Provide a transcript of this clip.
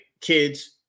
Kids